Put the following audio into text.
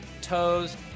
toes